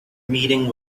meeting